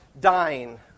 dying